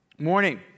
Morning